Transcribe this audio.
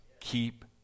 keep